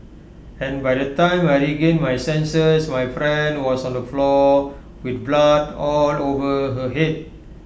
and by the time I regained my senses my friend was on the floor with blood all over her Head